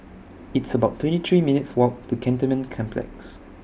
It's about twenty three minutes' Walk to Cantonment Complex